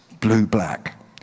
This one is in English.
blue-black